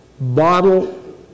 bottle